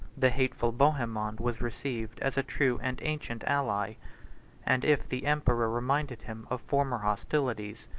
the hateful bohemond was received as a true and ancient ally and if the emperor reminded him of former hostilities,